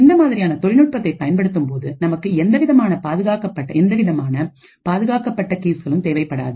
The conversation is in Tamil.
இந்த மாதிரியான நுட்பத்தை பயன்படுத்தும்போது நமக்கு எந்தவிதமான பாதுகாக்கப்பட்ட கீஸ்கலும் தேவைப்படாது